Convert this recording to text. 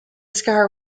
scar